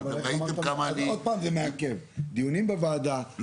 אבל, הוספתם לנו פה שנצטרך את אישור וועדת הפנים.